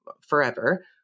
forever